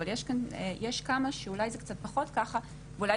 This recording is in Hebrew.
אבל יש כמה שאולי זה קצת פחות ככה ואולי